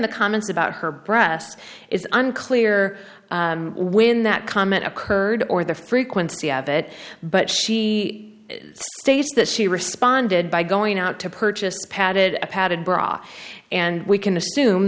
the comments about her breast is unclear when that comment occurred or the frequency of it but she states that she responded by going out to purchase a padded padded bra and we can assume